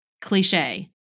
cliche